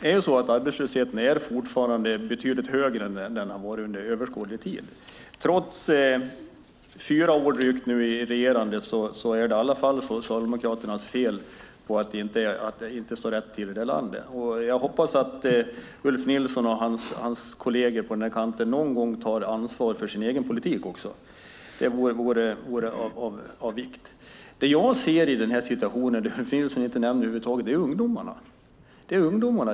Fru talman! Arbetslösheten är fortfarande betydligt högre än den har varit under överskådlig tid. Trots att Alliansen regerat i drygt fyra år är det Socialdemokraternas fel att det inte står rätt till i det här landet. Jag hoppas att Ulf Nilsson och hans kolleger på den här kanten någon gång tar ansvar också för sin egen politik. Det vore av vikt. Det jag ser i denna situation och som Ulf Nilsson inte nämnde över huvud taget är ungdomarna.